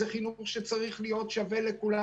זה חינוך שצריך להיות שווה לכולם,